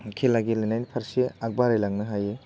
खेला गेलेनायनि फारसे आग बारायलांनो हायो